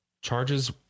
charges